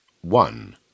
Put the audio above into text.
one